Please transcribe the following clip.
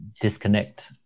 Disconnect